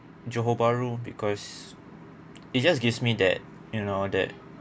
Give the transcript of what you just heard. johor bahru because it just gives me that you know that